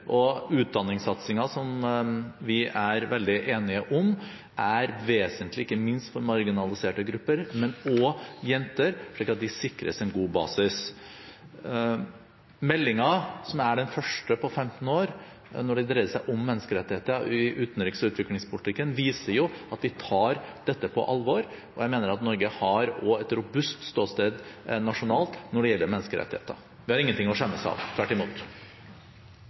som vi er veldig enige om, er vesentlig ikke minst for marginaliserte grupper, men også for jenter, slik at de sikres en god basis. Meldingen, som er den første på 15 år når det dreier seg om menneskerettigheter i utenriks- og utviklingspolitikken, viser at vi tar dette på alvor, og jeg mener at Norge også har et robust ståsted nasjonalt når det gjelder menneskerettigheter. Vi har ingen ting å skjemmes for – tvert imot.